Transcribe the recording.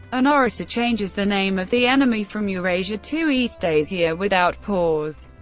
an orator changes the name of the enemy from eurasia to eastasia without pause.